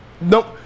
Nope